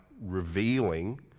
revealing